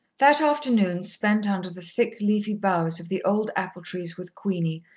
that afternoon spent under the thick, leafy boughs of the old apple-trees with queenie,